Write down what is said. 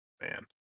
Man